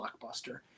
blockbuster